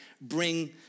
bring